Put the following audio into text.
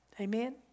Amen